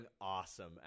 awesome